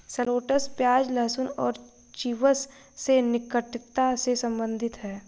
shallots प्याज, लहसुन और चिव्स से निकटता से संबंधित है